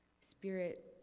Spirit